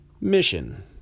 Mission